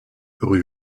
rue